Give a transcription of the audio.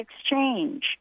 exchange